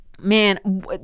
man